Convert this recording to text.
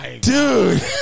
Dude